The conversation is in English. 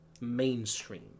mainstream